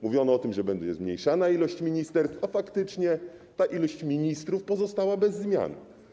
Mówiono o tym, że będzie zmniejszana ilość ministerstw, a faktycznie ta ilość ministrów pozostała bez zmian.